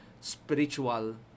spiritual